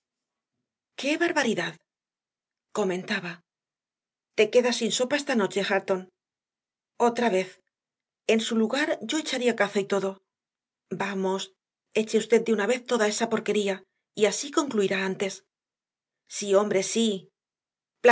ué barbaridad comentaba te quedas sin sopa esta noche h areton otra vez e n su lugar yo echaría cazo y todo v amos eche usted de una vez toda esa porquería y asíconcluirá antes sí hombre sí